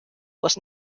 was